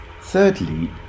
Thirdly